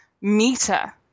meter